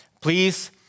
please